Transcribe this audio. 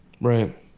right